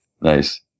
Nice